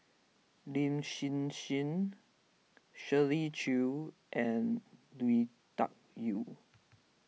Lin Hsin Hsin Shirley Chew and Lui Tuck Yew